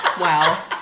Wow